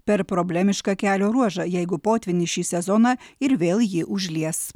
per problemišką kelio ruožą jeigu potvynis šį sezoną ir vėl jį užlies